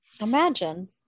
imagine